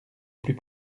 plus